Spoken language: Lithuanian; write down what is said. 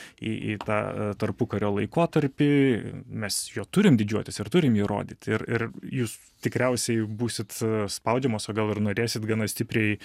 į į tą tarpukario laikotarpį mes juo turim didžiuotis ir turim jį rodyt ir ir jūs tikriausiai būsit spaudžiamos o gal ir norėsit gana stipriai